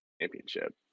championship